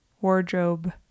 wardrobe